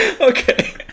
Okay